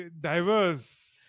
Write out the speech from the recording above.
diverse